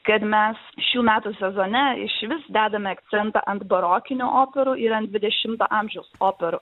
kad mes šių metų sezone išvis dedame akcentą ant barokinių operų ir ant dvidešimto amžiaus operų